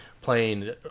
playing